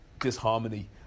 disharmony